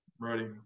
Ready